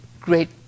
great